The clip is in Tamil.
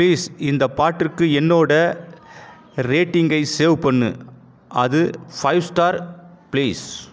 ப்ளீஸ் இந்தப் பாட்டிற்கு என்னோட ரேட்டிங்கை சேவ் பண்ணு அது ஃபைவ் ஸ்டார் ப்ளீஸ்